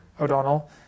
O'Donnell